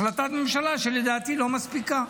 החלטת ממשלה שלדעתי לא מספיקה.